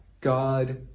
God